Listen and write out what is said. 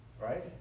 Right